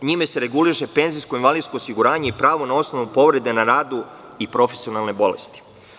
Njime se reguliše penzijsko i invalidsko osiguranje i pravo u slučaju povrede na radu i profesionalne bolesti.